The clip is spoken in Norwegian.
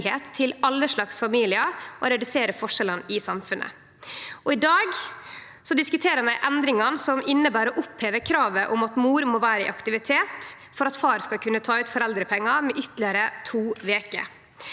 til alle slags familiar og å redusere forskjellane i samfunnet. I dag diskuterer vi endringar som inneber å oppheve kravet om at mor må vere i aktivitet for at far skal kunne ta ut foreldrepengar, med ytterlegare to veker.